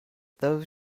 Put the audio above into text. those